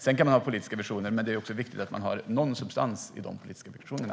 Visst kan man ha politiska visioner, men det är också viktigt att det finns någon substans i de politiska visionerna.